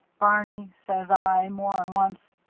barney, says i, more'n once,